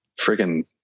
freaking